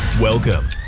Welcome